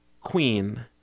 Queen